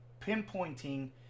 pinpointing